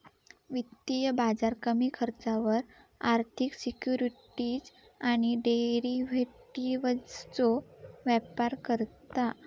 वित्तीय बाजार कमी खर्चावर आर्थिक सिक्युरिटीज आणि डेरिव्हेटिवजचो व्यापार करता